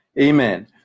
amen